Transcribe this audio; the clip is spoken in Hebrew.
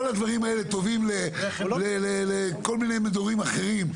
כל הדברים האלה טובים לכל מיני מדורים אחרים.